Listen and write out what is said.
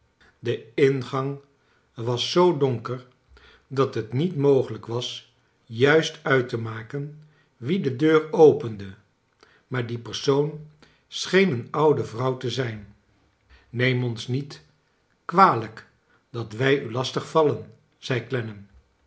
de ingang was zoo donker dat het niet mogelijk was juist uit te maken wie de denr opende maar die persoon scheen een oude vrouw te zijn neem ons niet kwalijk dat wij u lastig vallen zei